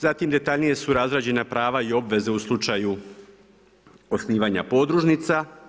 Zatim detaljnije su razrađena prava i obveze u slučaju osnivanja podružnica.